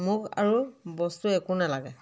মোক আৰু বস্তু একো নালাগে